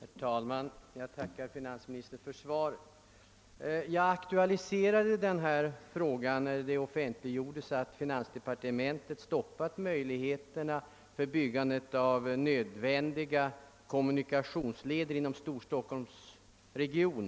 Herr talman! Jag tackar finansministern för svaret på min fråga. Jag aktualiserade frågan när det offentliggjordes att finansdepartementet stoppat möjligheterna att bygga nödvändiga kommunikationsleder inom Storstockholmsregionen.